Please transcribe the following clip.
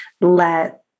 let